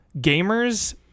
gamers